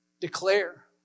Declare